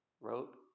wrote